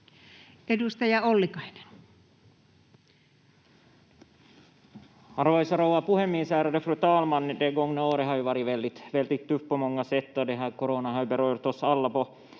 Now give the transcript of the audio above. Edustaja Ollikainen. Arvoisa rouva puhemies, ärade fru talman! Det gångna året har ju varit väldigt tufft på många sätt och coronan har berört oss alla på